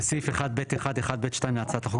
בסעיף 1(ב1)(1)(ב)(2) להצעת החוק,